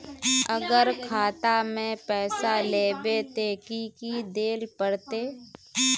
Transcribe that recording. अगर खाता में पैसा लेबे ते की की देल पड़ते?